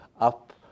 up